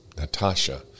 Natasha